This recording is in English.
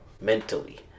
mentally